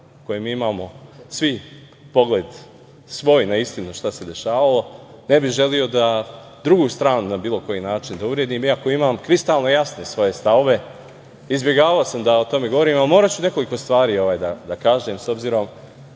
koje imamo svi, pogled svoj na istinu šta se dešavalo. Ne bih želeo da drugu stranu na bilo koji način uvredim iako imam kristalno jasne svoje stavove. Izbegavao sam o tome da govorim, ali moraću nekoliko stvari da kažem, s obzirom